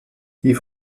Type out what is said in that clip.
die